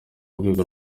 rwego